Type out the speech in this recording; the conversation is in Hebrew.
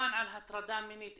וכמובן על הטרדה מינית.